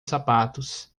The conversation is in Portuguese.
sapatos